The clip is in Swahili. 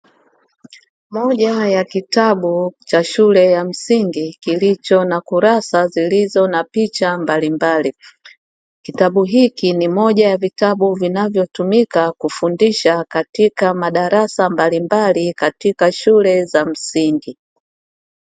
Moja ya kitabu cha shule ya msingi kilicho na kurasa zilizo na picha mbalimbali, kitabu hiki ni moja ya vitabu vinavyotumika kufundisha katika madarasa mbalimbali katika shule za msingi.